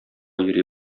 йөри